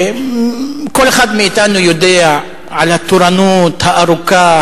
כל אחד מאתנו יודע על התורנות הארוכה,